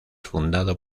fundado